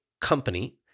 company